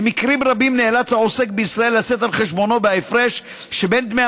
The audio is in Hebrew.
במקרים רבים נאלץ העוסק בישראל לשאת על חשבונו בהפרש שבין דמי